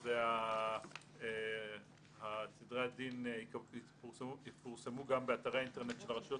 לפיה סדרי הדין יפורסמו גם באתרי האינטרנט של הרשויות